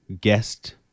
guest